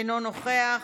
אינו נוכח,